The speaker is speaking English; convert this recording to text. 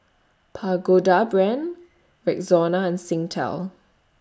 Pagoda Brand Rexona and Singtel